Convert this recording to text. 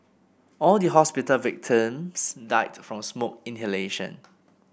all the hospital victims died from smoke inhalation